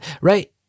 Right